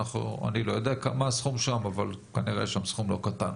שאני לא יודע מה הסכום שם אבל כנראה יש שם סכום לא קטן.